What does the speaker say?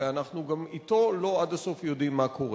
וגם אתו אנחנו לא עד הסוף יודעים מה קורה.